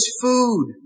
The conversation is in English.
food